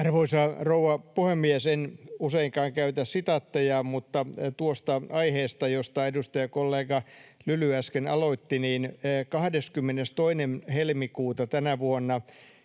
Arvoisa rouva puhemies! En useinkaan käytä sitaatteja, mutta tuosta aiheesta, josta edustajakollega Lyly äsken aloitti, kirjoitti